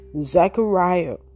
Zechariah